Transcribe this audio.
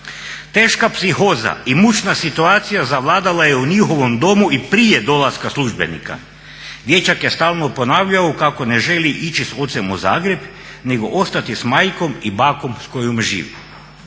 Teška psihoza i mučna situacija zavladala je u njihovom domu i prije dolaska službenika. Dječak je stalno ponavljao kako ne želi ići s ocem u Zagreb nego ostati s majkom i bakom s kojom živi."